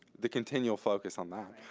the continual focus on that.